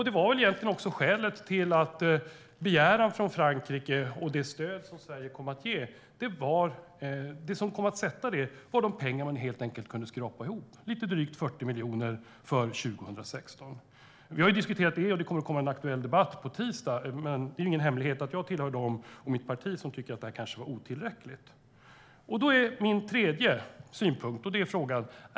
Det var skälet till att begäran från Frankrike och det stöd som Sverige kom att ge var de pengar som det gick att skrapa ihop, lite drygt 40 miljoner för 2016. Vi har diskuterat frågan, och det kommer att bli en aktuell debatt på tisdag, men det är ingen hemlighet att jag och mitt parti hör till dem som tycker att summan är otillräcklig.